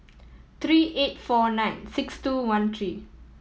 three eight four nine six two one three